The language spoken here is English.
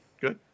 Good